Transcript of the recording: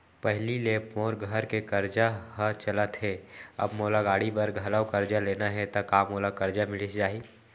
पहिली ले मोर घर के करजा ह चलत हे, अब मोला गाड़ी बर घलव करजा लेना हे ता का मोला करजा मिलिस जाही?